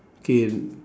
K